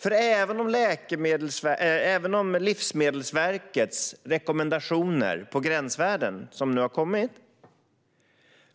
För även om Livsmedelsverkets rekommendationer för gränsvärden, som nu har kommit,